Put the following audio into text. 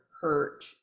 hurt